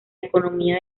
economía